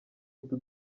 utu